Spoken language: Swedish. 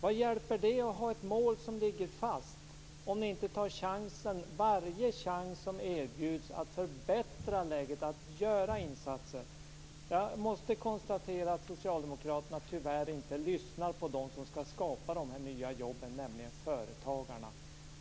Vad hjälper det att ha ett mål som ligger fast om ni inte tar varje chans som erbjuds att förbättra läget och att göra insatser? Jag måste konstatera att Socialdemokraterna tyvärr inte lyssnar på dem som skall skapa dessa nya jobb, nämligen företagarna.